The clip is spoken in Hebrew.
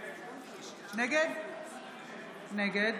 נגד חוה